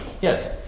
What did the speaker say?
Yes